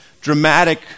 dramatic